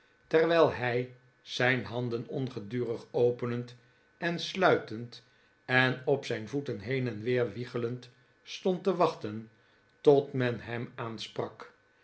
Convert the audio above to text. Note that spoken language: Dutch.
terwijl hij zijn handen ongedurig openend en sluitend en op zijn voeten heen en weer wiegelend stond te wachten tot men hem aansprak